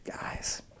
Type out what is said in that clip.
guys